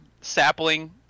sapling